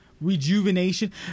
Rejuvenation